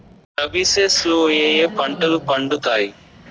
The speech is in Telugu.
రబి సీజన్ లో ఏ ఏ పంటలు పండుతాయి